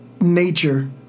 nature